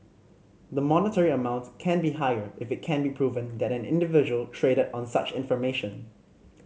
the monetary amount can be higher if it can be proven that an individual traded on such information